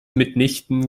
mitnichten